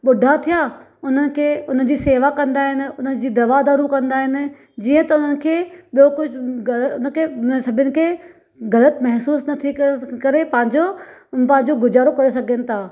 ॿुढा थिया उन्हनि खे उनजी शेवा कंदा आहिनि उनजी दवा दारु कंदा आहिनि जीअं त उन्हनि खे ॿियो कुझु हुनखें सभिनि खे ग़लति महिसूस न थी करे पंहिंजो पंहिंजो गुजारो करे सघनि था